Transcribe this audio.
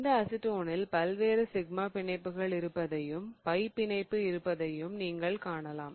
இந்த அசிட்டோனில் பல்வேறு சிக்மா பிணைப்புகள் இருப்பதையும் பை பிணைப்பு இருப்பதையும் நீங்கள் காணலாம்